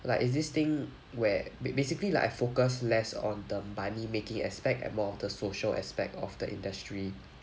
like there's this thing where basically like I focus less on the money making aspect and more of the social aspect of the industry